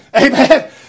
Amen